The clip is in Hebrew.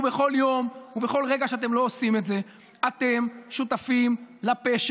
ובכל יום ובכל רגע שאתם לא עושים את זה אתם שותפים לפשע,